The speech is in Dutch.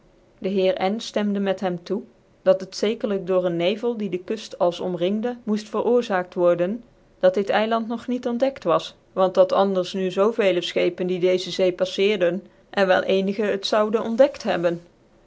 dc heer n ftemde met hem toe dat het zekerlijk door een nevel die dc kuil als omringde moed veroorzaakt worden dat dit eiland nog niet ontdekt was want dat anders nu zoo veel schepen die dccze zee palfccrdcn er wel cenigc het zoude ontdekt hebben